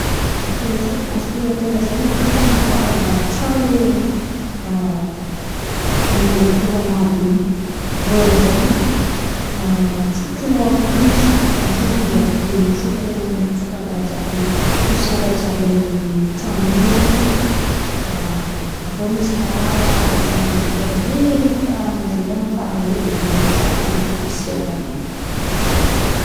Aspiraty zen̈y-aspiratera zen̈y raiky famafan̈a tran̈o mandeha korao àby in̈y. Irô amizay a atsofitrin̈ao amy prizy, izy mandeha de mitroko mitroka raha jiàby posiera jiàby amy tran̈o in̈y izy avy eo misy karàha ôhatrin̈y pobely hely pla-an̈y zay amy faran̈y eo de mandeha eo jiàby posiera in̈y.